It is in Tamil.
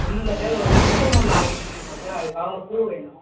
ஒன்றும் இல்லை சார் ஒரு ஃபங்ஷன் ஒன்று அரேஞ்ச் பண்ணியிருக்கோம் சார் அதுக்காக பூ வேணும்